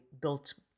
built